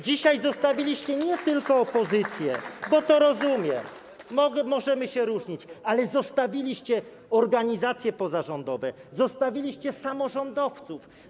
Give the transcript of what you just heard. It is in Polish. Dzisiaj zostawiliście nie tylko opozycję - bo to rozumiem, możemy się różnić - ale zostawiliście organizacje pozarządowe, zostawiliście samorządowców.